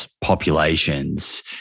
populations